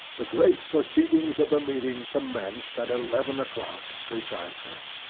the great proceedings of the meeting commenced at eleven o'clock precisely.